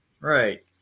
Right